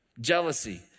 Jealousy